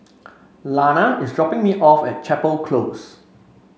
Lana is dropping me off at Chapel Close